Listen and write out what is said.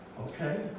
Okay